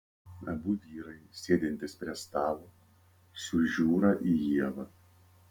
abu vyrai sėdintys prie stalo sužiūra į ievą